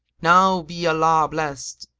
now be allah blest!